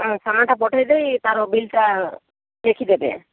ହୁଁ ସାମାନ ଟା ପଠେଇ ଦେଇ ତାର ବିଲ ଟା ଲେଖି ଦେବେ